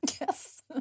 Yes